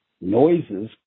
noises